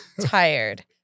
tired